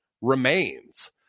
remains